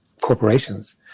corporations